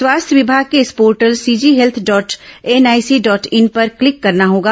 स्वास्थ्य विभाग के इस portal CG health dot NIC dot in पर क्लिक करना होगा